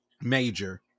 major